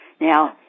Now